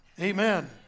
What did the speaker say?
Amen